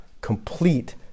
complete